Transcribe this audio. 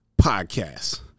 Podcast